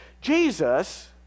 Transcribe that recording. Jesus